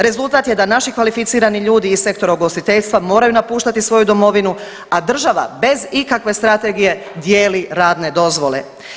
Rezultat je da naši kvalificirani ljudi iz sektora ugostiteljstva moraju napuštati svoju domovinu, a država bez ikakve strategije dijeli radne dozvole.